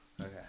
Okay